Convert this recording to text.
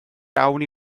iawn